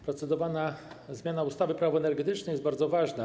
Procedowana zmiana ustawy - Prawo energetyczne jest bardzo ważna.